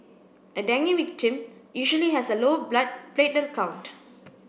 a dengue victim usually has a low blood platelet count